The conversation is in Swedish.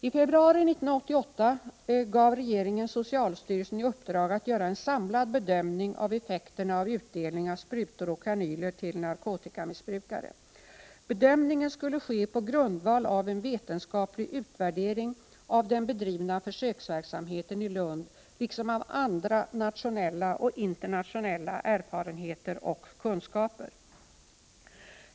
I februari 1988 gav regeringen socialstyrelsen i uppdrag att göra en samlad bedömning av effekterna av utdelning av sprutor och kanyler till narkotikamissbrukare. Bedömningen skulle ske på grundval av en vetenskaplig utvärdering av den bedrivna försöksverksamheten i Lund liksom av andra nationella och internationella erfarenheter och kunskaper.